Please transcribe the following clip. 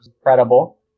incredible